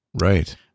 Right